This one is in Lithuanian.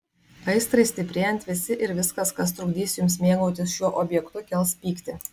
aistrai stiprėjant visi ir viskas kas trukdys jums mėgautis šiuo objektu kels pyktį